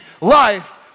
life